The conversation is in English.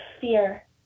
fear